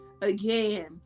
again